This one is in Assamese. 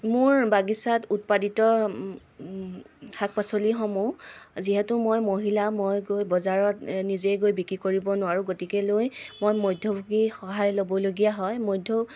মোৰ বাগিচাত উৎপাদিত শাক পাচলিসমূহ যিহেতু মই মহিলা মই গৈ বজাৰত নিজে গৈ বিক্ৰী কৰিব নোৱাৰোঁ গতিকেলৈ মই মধ্যভূগীৰ সহায় ল'বলগীয়া হয় মধ্য